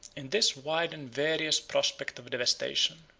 in this wide and various prospect of devastation,